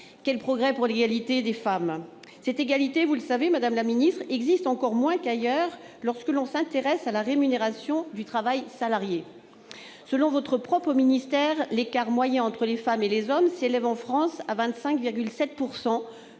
Quel progrès pour l'égalité des femmes ! Cette égalité, vous le savez, madame la ministre, existe encore moins qu'ailleurs lorsque l'on s'intéresse à la rémunération du travail salarié. Selon votre propre ministère, l'écart moyen entre les salaires des femmes et les hommes s'élève en France à 25,7